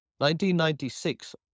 1996